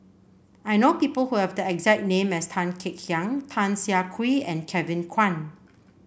I know people who have the exact name as Tan Kek Hiang Tan Siah Kwee and Kevin Kwan